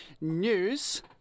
news